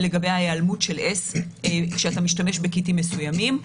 לגבי ההיעלמות של S כשאתה משתמש בקיטים מסוימים,